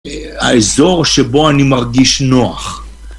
האזור שבו אני מרגיש נוח.